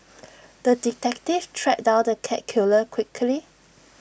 the detective tracked down the cat killer quickly